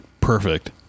perfect